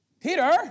Peter